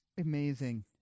Amazing